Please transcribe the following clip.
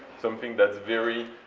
something that's very